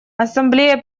ассамблея